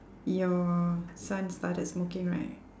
your son started smoking right